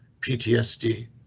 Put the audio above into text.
PTSD